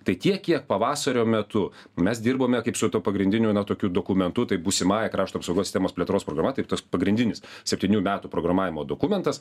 tai tiek kiek pavasario metu mes dirbome kaip su tuo pagrindiniu na tokiu dokumentu tai būsimąja krašto apsaugos sistemos plėtros programa taip tas pagrindinis septynių metų programavimo dokumentas